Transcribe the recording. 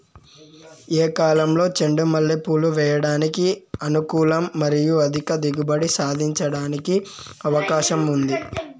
ఏ కాలంలో చెండు మల్లె పూలు వేయడానికి అనుకూలం మరియు అధిక దిగుబడి సాధించడానికి అవకాశం ఉంది?